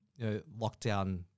lockdown